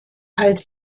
als